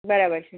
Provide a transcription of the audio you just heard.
બરાબર છે